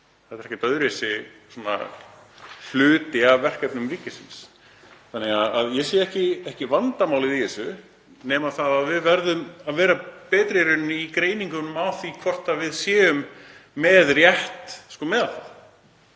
þau eru ekkert öðruvísi hluti af verkefnum ríkisins þannig að ég sé ekki vandamálið í þessu nema það að við verðum að vera betri í rauninni í greiningum á því hvort við séum með rétt meðaltal,